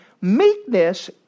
Meekness